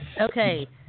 Okay